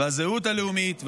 והזהות הלאומית,